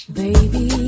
baby